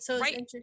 Right